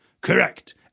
Correct